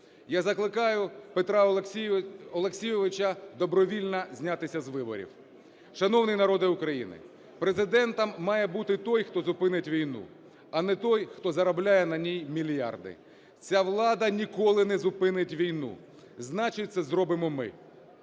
Я закликаю Петра Олексійовича добровільно знятися з виборів. Шановний народе України, Президентом має бути той, хто зупинить війну, а не той, хто заробляє на ній мільярди. Ця влада ніколи не зупинить війну. Значить, це зробимо ми.